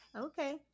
Okay